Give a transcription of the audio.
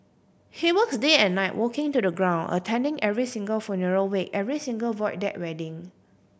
he works day and night walking to the ground attending every single funeral wake every single Void Deck wedding